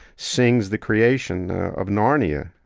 sings the creation of narnia,